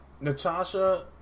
Natasha